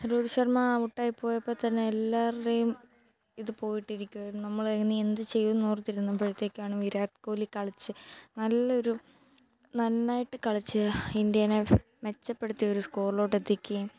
രോഹിത് ശർമ ഔട്ടായി പോയപ്പോൾ തന്നെ എല്ലാവരുടെയും ഇത് പോയിട്ടിരിക്കുവായിരുന്നു നമ്മൾ ഇനി എന്തു ചെയ്യുമെന്ന് ഓർത്തിരുന്നപ്പോഴത്തേക്കാണ് വിരാട് കോലി കളിച്ചു നല്ലൊരു നന്നായിട്ട് കളിച്ച് ഇന്ത്യേനെ മെച്ചപ്പെടുതിയൊരു സ്കോറിലേക്ക് എത്തിക്കുകയും